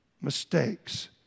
mistakes